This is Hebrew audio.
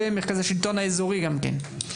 ומרכז השלטון האזורי גם כן,